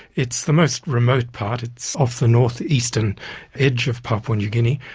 it's the most remote part, it's off the north-eastern edge of papua new guinea,